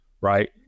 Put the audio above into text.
right